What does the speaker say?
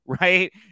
right